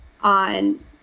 on